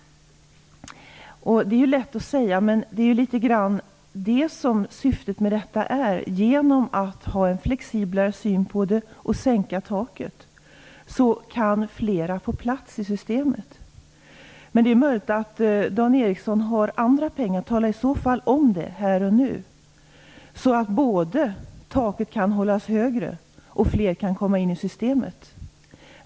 Det är ju lätt att säga. Syftet här är ju ändå att genom en mer flexibel syn på detta och genom en sänkning av taket kan fler få plats i systemet. Men Dan Ericsson kanske har andra pengar? Tala i så fall om det här och nu, så att taket kan hållas högre samtidigt som fler kan komma in i systemet.